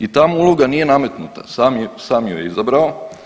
I ta mu uloga nije nametnuta, sam, sam ju je izabrao.